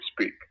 speak